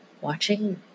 watching